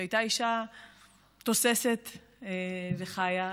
שהייתה אישה תוססת וחיה,